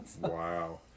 Wow